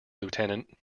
lieutenant